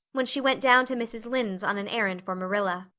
when she went down to mrs. lynde's on an errand for marilla.